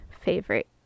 favorite